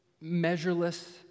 measureless